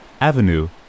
avenue